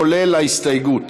כולל ההסתייגות.